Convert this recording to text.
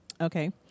Okay